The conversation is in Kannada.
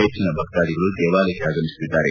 ಹೆಚ್ಚಿನ ಭಕ್ತಾಧಿಗಳು ದೇವಾಲಯಕ್ಕೆ ಆಗಮಿಸುತ್ತಿದ್ದಾರೆ